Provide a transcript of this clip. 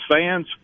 fans